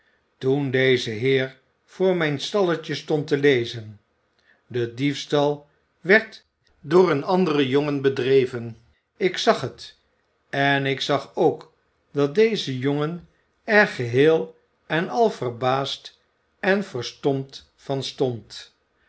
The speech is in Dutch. toen deze heer voor mijn stalletje stond te lezen de diefstal werd door een anderen jongen bedreven ik zag het en ik zag ook dat deze jongen er geheel en al verbaasd en verstomd van stond